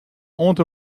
oant